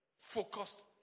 focused